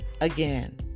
again